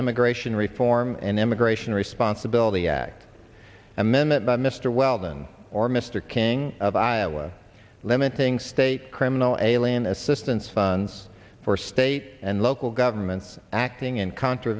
immigration reform and immigration responsibility act amendment by mr weldon or mr king of iowa limiting state criminal alien assistance funds for state and local governments acting in contra